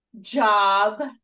job